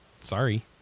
Sorry